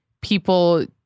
people